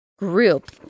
group